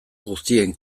guztien